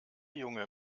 junge